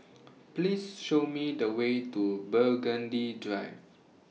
Please Show Me The Way to Burgundy Drive